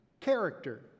character